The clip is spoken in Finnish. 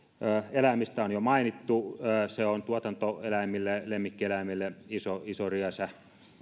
eläimistä on jo mainittu se on tuotantoeläimille ja lemmikkieläimille iso iso riesa